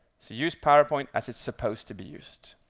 so use powerpoint as it's supposed to be used.